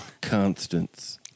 Constance